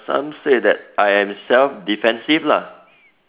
some said that I am self defensive lah